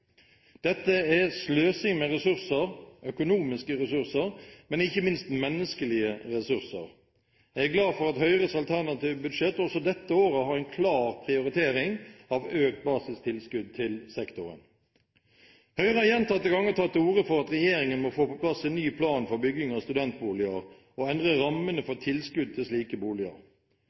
Dette er sløsing med ressurser, økonomiske ressurser, men ikke minst menneskelige ressurser! Jeg er glad for at Høyres alternative budsjett også dette året har en klar prioritering av økt basistilskudd til sektoren. Høyre har gjentatte ganger tatt til orde for at regjeringen må få på plass en ny plan for bygging av studentboliger og endre rammene for tilskudd til slike boliger.